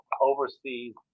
overseas